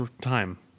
time